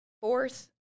Fourth